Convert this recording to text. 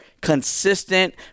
consistent